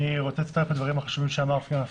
אני רוצה להצטרף לדברים החשובים שאמר סגן השר.